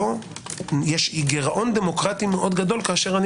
יש גירעון דמוקרטי מאוד גדול כשאני